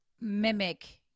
mimic